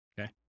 okay